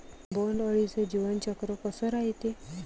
बोंड अळीचं जीवनचक्र कस रायते?